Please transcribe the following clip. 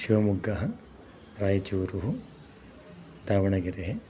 शिवमोग्गः रायचूरुः दावणगेरेः